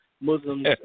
Muslims